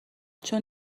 چون